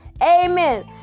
Amen